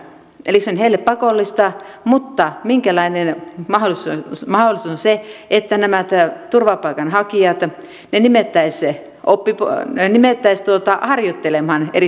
eli se on heille pakollista mutta minkälainen mahdollisuus on se että nämä turvapaikanhakijat ja pidimme pääsyä opintoaine nimeltä nimettäisiin harjoittelemaan eri työpaikkoihin